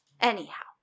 Anyhow